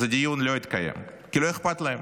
אז הדיון לא התקיים, כי לא אכפת להם.